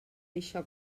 això